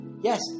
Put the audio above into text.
Yes